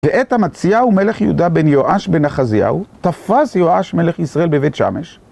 ואת אמציהו מלך יהודה בן יהואש בן אחזיהו, תפס יהואש מלך ישראל בבית שמש